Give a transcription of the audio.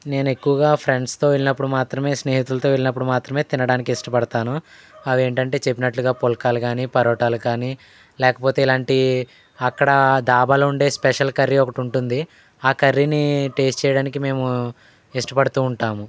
నేను ఎక్కువగా ఫ్రెండ్స్తో వెళ్ళినప్పుడు మాత్రమే స్నేహితులతో వెళ్ళినప్పుడు మాత్రమే తినడానికి ఇష్టపడతాను అవేంటంటే చెప్పినట్లుగా పుల్కాలు కానీ పరోటాలు కానీ లేకపోతే ఇలాంటి అక్కడ దాబాలో ఉండే స్పెషల్ కర్రీ ఒకటి ఉంటుంది ఆ కర్రీని టేస్ట్ చేయడానికి మేము ఇష్టపడుతూ ఉంటాము